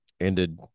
ended